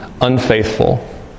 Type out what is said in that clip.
unfaithful